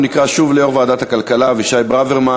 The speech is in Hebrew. אנחנו נקרא שוב ליושב-ראש ועדת הכלכלה אבישי ברוורמן